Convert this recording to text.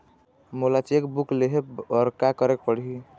मोला cheque book लेहे बर का केरेक पढ़ही?